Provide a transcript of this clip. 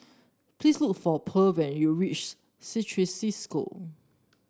please look for Pearl when you reach Certis Cisco